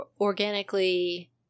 organically